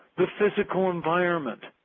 the physical environment,